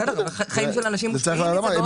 חיים של אנשים תלויים בזה באופן ישיר.